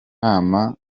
inama